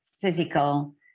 physical